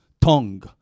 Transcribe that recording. tongue